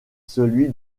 celui